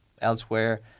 elsewhere